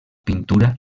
pintura